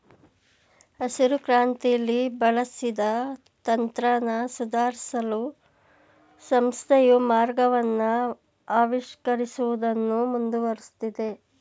ಹಸಿರುಕ್ರಾಂತಿಲಿ ಬಳಸಿದ ತಂತ್ರನ ಸುಧಾರ್ಸಲು ಸಂಸ್ಥೆಯು ಮಾರ್ಗವನ್ನ ಆವಿಷ್ಕರಿಸುವುದನ್ನು ಮುಂದುವರ್ಸಿದೆ